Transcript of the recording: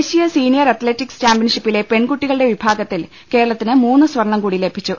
ദേശീയ senior athletics ചാമ്പ്യൻഷിപ്പിലെ പെൺകുട്ടികളുടെ വിഭാഗത്തിൽ കേരളത്തിന് മൂന്ന് സ്വർണ്ണം കൂടി ലഭിച്ചു